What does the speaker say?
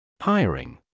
Hiring